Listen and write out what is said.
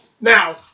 Now